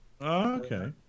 Okay